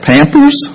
Pampers